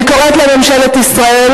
אני קוראת לממשלת ישראל,